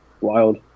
wild